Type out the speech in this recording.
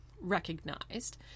recognized